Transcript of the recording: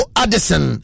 addison